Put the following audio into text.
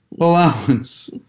allowance